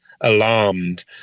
alarmed